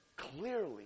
clearly